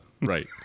Right